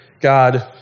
God